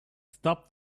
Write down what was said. stop